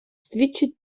свідчить